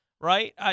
right